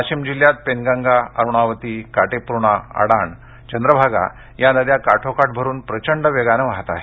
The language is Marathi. वाशिम जिल्ह्यात पेनगंगा अरुणावती काटेपूर्णा अडाण चंद्रभागा या नद्या काठोकाठ भरून प्रचंड वेगाने वाहत आहेत